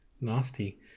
nasty